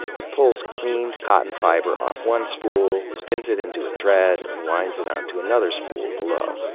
it pulls cleaned cotton fiber off one spool, spins it into a thread and winds it onto another spool below.